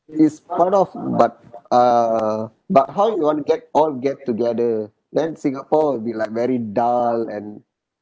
it's part of but err but how you want to get all get together then singapore will be like very dull and